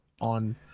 on